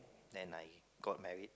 then I got married